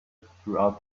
throughout